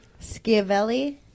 Schiavelli